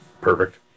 perfect